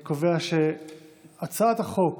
אני קובע שהצעת חוק